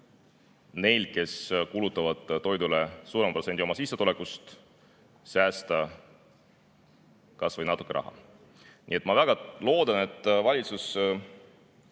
neil, kes kulutavad toidule suurema protsendi oma sissetulekust, säästa kas või natukene raha. Nii et ma väga loodan, et valitsus